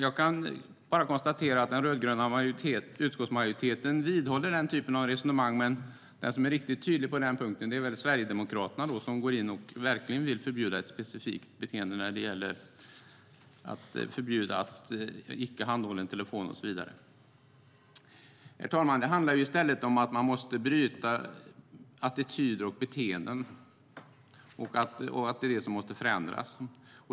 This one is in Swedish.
Jag kan bara konstatera att den rödgröna utskottsmajoriteten vidhåller den typen av resonemang, men de som är riktigt tydliga på den punkten är Sverigedemokraterna. De går in och vill verkligen förbjuda ett specifikt beteende när det gäller icke handhållen telefon och så vidare. Herr talman! Det handlar i stället om att bryta attityder och beteenden. Det är det som måste förändras.